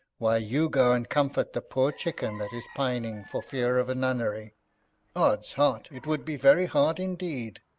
while you go and comfort the poor chicken that is pining for fear of a nunnery odsheart, it would be very hard indeed,